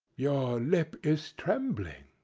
your lip is trembling,